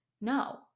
No